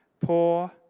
poor